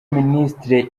minisiteri